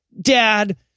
dad